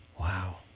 Wow